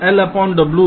lw द्वारा